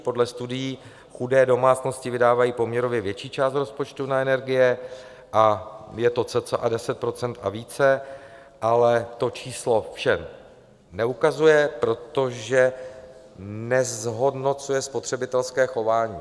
Podle studií chudé domácnosti vydávají poměrově větší část rozpočtu na energie a je to cca 10 % a více, ale to číslo vše neukazuje, protože nezhodnocuje spotřebitelské chování.